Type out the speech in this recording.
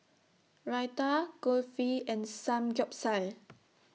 Raita Kulfi and Samgyeopsal